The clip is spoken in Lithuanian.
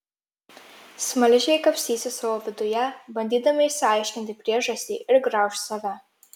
smaližiai kapstysis savo viduje bandydami išsiaiškinti priežastį ir grauš save